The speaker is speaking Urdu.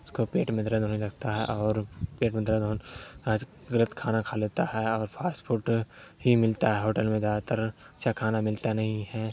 اس کو پیٹ میں درد ہونے لگتا ہے اور پیٹ میں درد ہو کھانا کھا لیتا ہے اور فاسٹ فوڈ ہی ملتا ہے ہوٹل میں زیادہ تر اچھا کھانا ملتا نہیں ہے